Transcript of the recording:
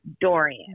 Dorian